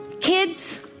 kids